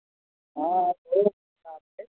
हँ से